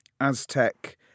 Aztec